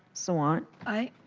salon. aye.